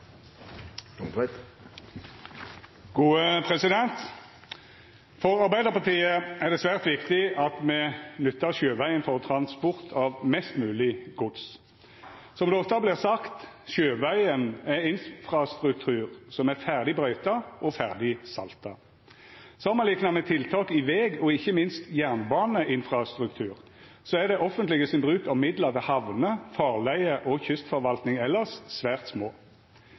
det svært viktig at me nyttar sjøvegen for transport av mest mogleg gods. Som det ofte vert sagt: Sjøvegen er infrastruktur som er ferdig brøyta og ferdig salta. Samanlikna med tiltak i veg og ikkje minst jernbaneinfrastruktur er offentleg bruk av midlar til hamner, farleier og kystforvaltning elles svært